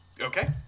Okay